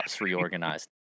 reorganized